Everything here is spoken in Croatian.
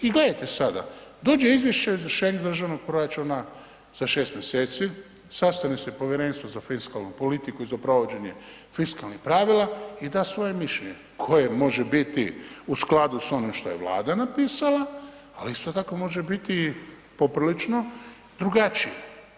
I gledajte sada, dođe izvješće o izvršenju državnog proračuna za 6 mjeseci, sastane se Povjerenstvo za fiskalnu politiku i za provođenje fiskalnih pravila i da svoje mišljenje koje može biti u skladu sa onim što je Vlada napisala ali isto tako može biti poprilično drugačije.